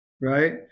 right